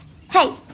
Hey